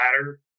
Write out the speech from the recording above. ladder